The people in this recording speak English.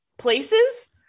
Places